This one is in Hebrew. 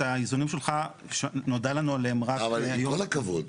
את האיזונים שלך נודע לנו עליהם רק --- אבל עם כל הכבוד,